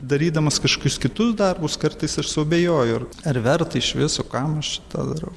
darydamas kažkokius kitus darbus kartais ir suabejoju ar verta iš viso kam aš šitą darau